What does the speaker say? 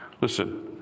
Listen